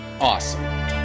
awesome